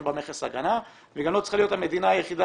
בה מכס הגנה והיא גם לא צריכה להיות המדינה היחידה